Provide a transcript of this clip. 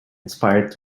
inspired